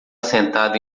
sentada